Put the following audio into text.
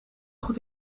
goed